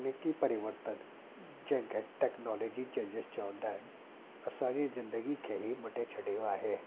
तकनीकी परिवर्तन जंहिंखे टेक्नोलोजी चेंजिस चवंदा आहिनि असां जी जिंदगी खे ई मटे छॾियो आहे